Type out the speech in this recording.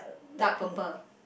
dark purple